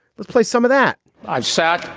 let's play some of that i've sat.